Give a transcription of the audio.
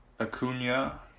Acuna